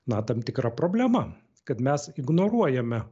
na tam tikra problema kad mes ignoruojame